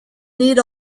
need